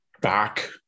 back